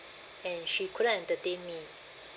and she couldn't entertain me